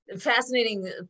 Fascinating